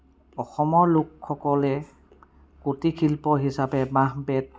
অসমৰ লোকসকলে কুটীৰ শিল্প হিচাপে বাঁহ বেত